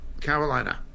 Carolina